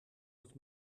het